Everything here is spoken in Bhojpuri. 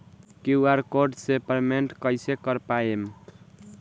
क्यू.आर कोड से पेमेंट कईसे कर पाएम?